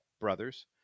brothers